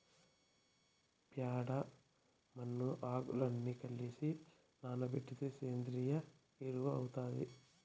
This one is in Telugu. ప్యాడ, మన్ను, ఆకులు అన్ని కలసి నానబెడితే సేంద్రియ ఎరువు అవుతాది